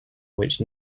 which